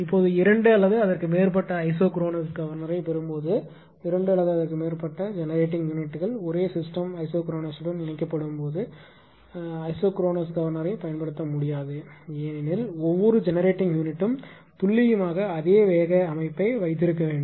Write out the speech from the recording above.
இப்போது இரண்டு அல்லது அதற்கு மேற்பட்ட ஐசோக்ரோனஸ் கவர்னரைப் பெறும்போது இரண்டு அல்லது அதற்கு மேற்பட்ட ஜெனரேட்டிங் யூனிட்கள் ஒரே சிஸ்டம் ஐசோக்ரோனஸுடன் இணைக்கப்படும் போது ஐசோக்ரோனஸ் கவர்னரைப் பயன்படுத்த முடியாது ஏனென்றால் ஒவ்வொரு ஜெனரேட்டிங் யூனிட்டும் துல்லியமாக அதே வேக அமைப்பை வைத்திருக்க வேண்டும்